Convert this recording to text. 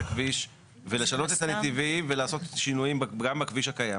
הכביש ולשנות את הנתיבים ולעשות שינויים גם בכביש הקיים,